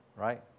right